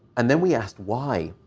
and then we asked why.